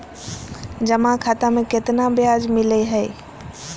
जमा खाता में केतना ब्याज मिलई हई?